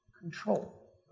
control